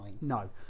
No